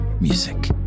music